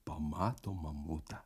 pamato mamutą